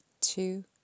two